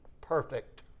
perfect